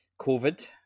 COVID